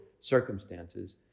circumstances